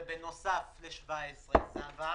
זה בנוסף לסעיף 17 שעבר.